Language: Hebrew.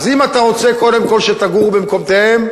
אז אם אתה רוצה קודם כול שיגורו במקומותיהם,